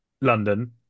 London